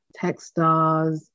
Techstars